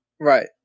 Right